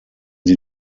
sie